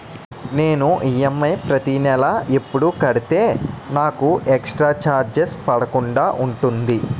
నేను ఈ.ఎం.ఐ ప్రతి నెల ఎపుడు కడితే నాకు ఎక్స్ స్త్ర చార్జెస్ పడకుండా ఉంటుంది?